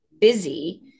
busy